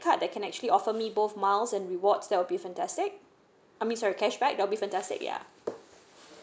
card that can actually offer me both miles and rewards that'll be fantastic I mean sorry cashback there'll be fantastic ya